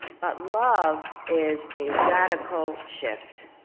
but love is a radical shift.